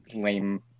lame